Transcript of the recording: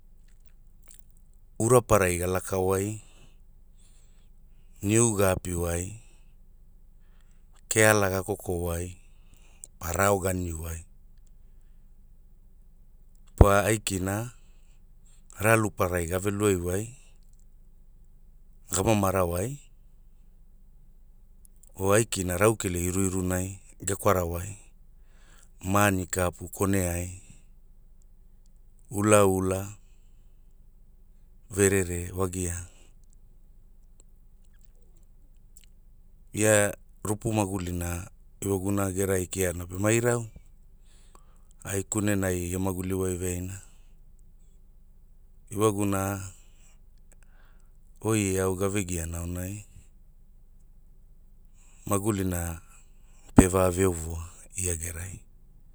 Ura parai ga laka wai, niu gaapi wai, keala ga koko wai, pa rau ga niu wai, pa aikina, aralu parai ga ve luai wai, gama mara wai, oh aikina Raukele iruirunai, ga kwara wai, maani kapu kone ai, ulaula, verere wagia. Ia, rupu magulina, ewagumuna gerai kia pema irau ai kunenai ge maguli wai veaina, e waguna, oi e au ga ve giana aonai, magulina, pe va ovoa ia gerai.